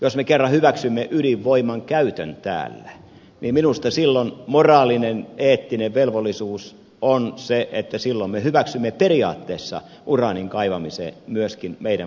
jos me kerran hyväksymme ydinvoiman käytön täällä niin minusta silloin moraalinen eettinen velvollisuus on se että silloin me hyväksymme periaatteessa uraanin kaivamisen myöskin meidän maaperästämme